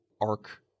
arc